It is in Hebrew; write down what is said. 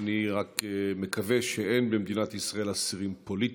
אני רק מקווה שאין במדינת ישראל אסירים פוליטיים.